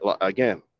again